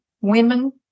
women